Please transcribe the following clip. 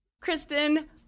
Kristen